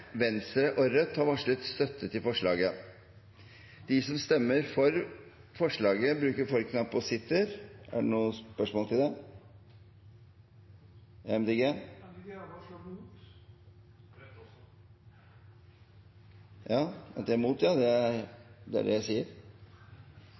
Venstre og Rødt har varslet støtte til forslaget. Miljøpartiet De Grønne stemmer imot. Miljøpartiet De Grønne er imot, ja – det er det jeg sier. Det er